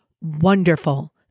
wonderful